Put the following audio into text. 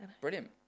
brilliant